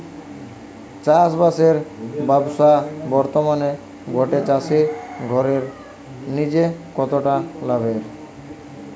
চাষবাসের ব্যাবসা বর্তমানে গটে চাষি ঘরের জিনে কতটা লাভের?